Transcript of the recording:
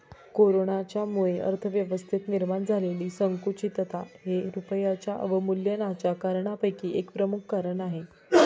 कोरोनाच्यामुळे अर्थव्यवस्थेत निर्माण झालेली संकुचितता हे रुपयाच्या अवमूल्यनाच्या कारणांपैकी एक प्रमुख कारण आहे